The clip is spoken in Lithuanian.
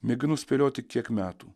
mėginu spėlioti kiek metų